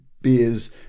Beers